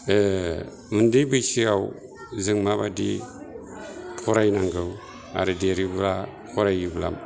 उन्दै बैसोआव जों माबादि फरायनांगौ आरो देरोब्ला फरायोब्ला